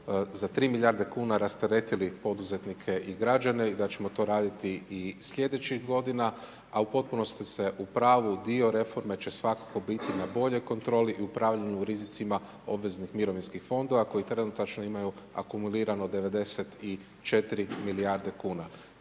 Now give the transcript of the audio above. za 3 milijarde kuna rasteretili poduzetnike i građane i da ćemo to raditi i slijedećih godina a u potpunosti ste u pravu, u dio reforme će svakako biti na boljoj kontroli i upravljaju rizicima obveznih mirovinskih fondova koji trenutačno imaju akumulirano 94 milijarde kuna.